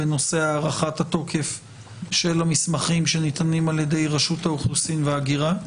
בנושא הארכת התוקף של המסמכים שניתנים על ידי רשות האוכלוסין וההגירה.